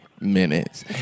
minutes